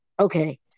Okay